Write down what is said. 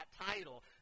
title